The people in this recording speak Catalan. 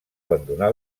abandonar